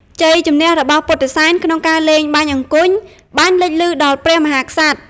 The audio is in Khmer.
ជ័យជំនះរបស់ពុទ្ធិសែនក្នុងការលេងបាញ់អង្គុញបានលេចលឺដល់ព្រះមហាក្សត្រ។